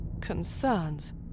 concerns